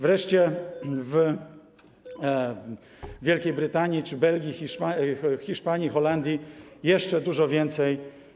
Wreszcie w Wielkiej Brytanii, Belgii, Hiszpanii, Holandii jeszcze dużo więcej.